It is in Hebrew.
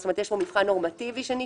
זאת אומרת שיש פה מבחן נורמטיבי שנשאר,